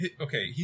Okay